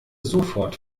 sofort